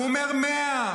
הוא אומר 100,